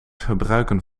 gebruiken